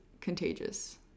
contagious